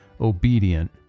obedient